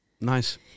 Nice